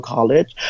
College